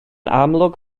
amlwg